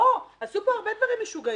בוא, עשו פה הרבה דברים משוגעים.